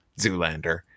Zoolander